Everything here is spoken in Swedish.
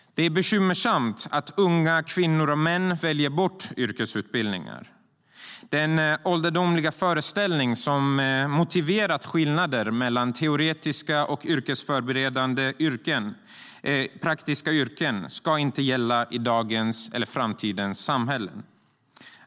Det är bekymmersamt att unga kvinnor och män väljer bort yrkesutbildningar. Den ålderdomliga föreställning som motiverat skillnader mellan teoretiska och praktiska yrken ska inte gälla i dagens eller framtidens samhällen.